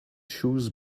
shoes